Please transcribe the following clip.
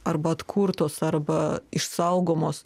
arba atkurtos arba išsaugomos